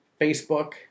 Facebook